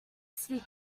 city